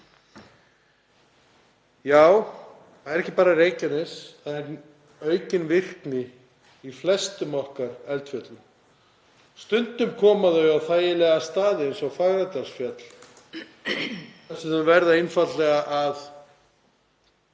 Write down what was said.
Og það er ekki bara Reykjanes, það er aukin virkni í flestum okkar eldfjöllum. Stundum koma gos á þægilegum stað eins og við Fagradalsfjall þar sem þau verða einfaldlega að